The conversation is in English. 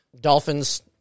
Dolphins